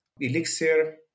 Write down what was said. Elixir